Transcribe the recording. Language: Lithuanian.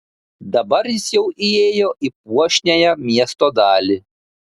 dabar jis jau įėjo į puošniąją miesto dalį